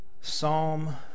Psalm